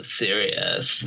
serious